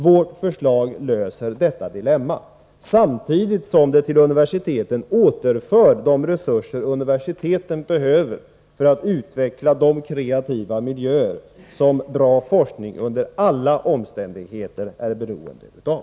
Vårt förslag löser detta dilemma, samtidigt som det till universiteten återför de resurser universiteten behöver för att utveckla de kreativa miljöer som bra forskning under alla omständigheter är beroende av.